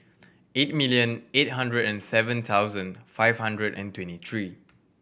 eight million eight hundred and seven thousand five hundred and twenty three